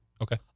Okay